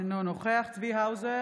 אינו נוכח צבי האוזר,